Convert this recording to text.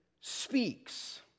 speaks